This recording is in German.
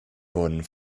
wurden